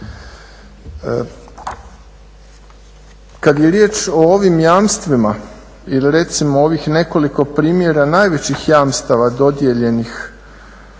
Kad je riječ o ovim jamstvima ili recimo ovih nekoliko primjera najvećih jamstava dodijeljenih